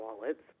wallets